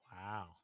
Wow